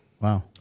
Wow